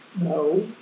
No